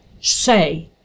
say